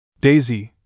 Daisy